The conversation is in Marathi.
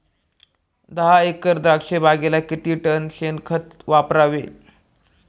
दहा एकर द्राक्षबागेला किती टन शेणखत वापरावे?